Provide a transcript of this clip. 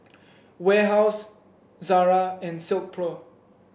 Warehouse Zara and Silkpro